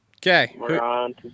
Okay